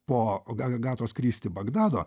po o gal agatos kristi bagdado